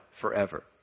forever